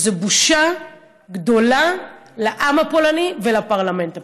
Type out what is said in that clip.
זו בושה גדולה לעם הפולני ולפרלמנט הפולני.